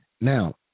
Now